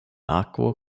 akvo